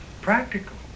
practical